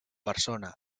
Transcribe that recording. persona